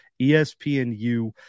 ESPNU